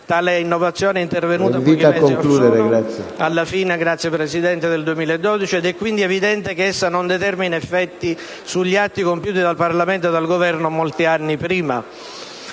Tale innovazione è intervenuta pochi mesi or sono, alla fine del 2012, ed è quindi evidente che essa non determina effetti sugli atti compiuti dal Parlamento e dal Governo molti anni prima.